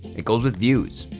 it goes with views.